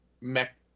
mech